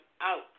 out